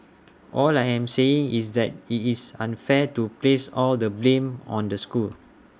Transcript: all I am saying is that IT is unfair to place all the blame on the school